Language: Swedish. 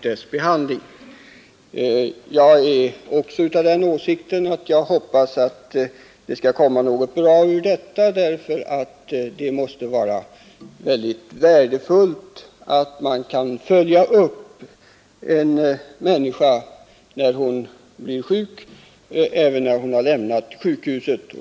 Det måste vara mycket värdefullt att man kan följa upp vad som händer en människa när hon blir sjuk och även sedan hon har lämnat sjukhuset.